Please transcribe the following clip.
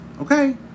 okay